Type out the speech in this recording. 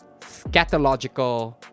Scatological